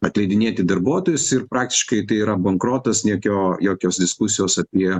atleidinėti darbuotojus ir praktiškai tai yra bankrotas jokio jokios diskusijos apie